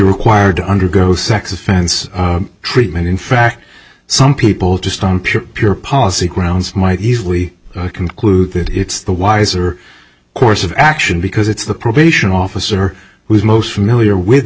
required to undergo sex offense treatment in fact some people just on pure pure policy grounds might easily conclude that it's the wiser course of action because it's the probation officer who is most familiar with the